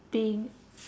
being